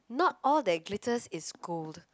not all that glitters is gold